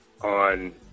on